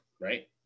right